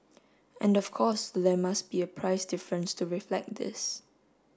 and of course there must be a price difference to reflect this